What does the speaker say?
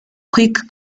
quick